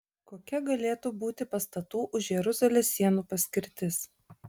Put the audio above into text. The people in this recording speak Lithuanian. kokia galėtų būti pastatų už jeruzalės sienų paskirtis